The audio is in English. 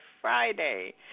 Friday